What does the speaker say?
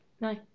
No